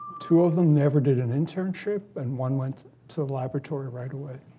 two of them never did an internship. and one went to a laboratory right away.